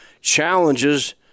challenges